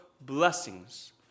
blessings